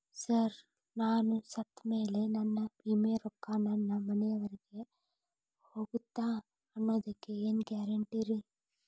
Sir ನಾನು ಸತ್ತಮೇಲೆ ನನ್ನ ವಿಮೆ ರೊಕ್ಕಾ ನನ್ನ ಮನೆಯವರಿಗಿ ಹೋಗುತ್ತಾ ಅನ್ನೊದಕ್ಕೆ ಏನ್ ಗ್ಯಾರಂಟಿ ರೇ?